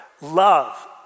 love